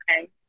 okay